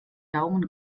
daumen